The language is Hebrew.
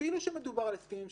אפילו שמדובר על הסכמים שהיו.